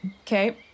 okay